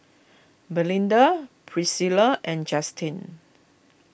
Melinda Priscila and Justine